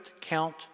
count